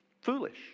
Foolish